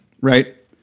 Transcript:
right